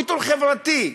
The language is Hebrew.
ויתור חברתי.